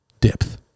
depth